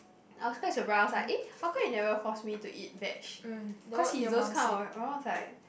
I was quite surprised I was like eh how come you never force me to eat veg cause he's those kind of my mum was like